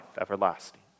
everlasting